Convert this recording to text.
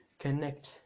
connect